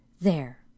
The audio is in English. There